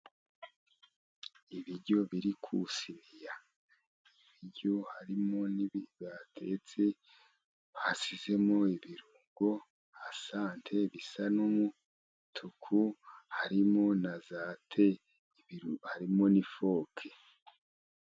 Ibiryo biri ku isiniya. ibiryo harimo n'ibintu batetse, basizemo ibirungo asante, bisa n'umutuku harimo na za te. Ibiryo harimo n'ifoke.